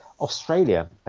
australia